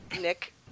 Nick